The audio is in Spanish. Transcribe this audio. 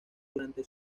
durante